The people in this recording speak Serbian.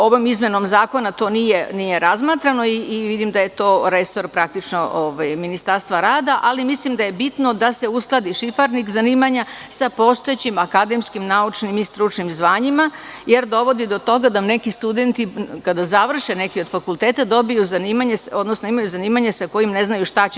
Ovom izmenom zakona to nije razmatrano i vidim da je to resor Ministarstva rada, ali mislim da je bitno da se uskladi šifarnik zanimanja sa postojećim akademskim i stručnim zvanjima, jer dovodi do toga da neki studenti, kada završe neke od fakulteta, imaju zanimanje sa kojim ne znaju šta će.